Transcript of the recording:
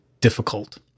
difficult